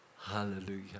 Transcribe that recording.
Hallelujah